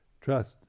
trust